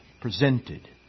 presented